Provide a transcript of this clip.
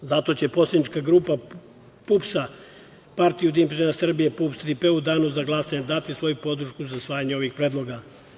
Zato će poslanička grupa PUPS-a Partija ujedinjenih penzionera Srbije, PUPS „Tri - P“ u danu za glasanje dati svoju podršku za usvajanje ovih predloga.